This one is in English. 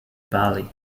bali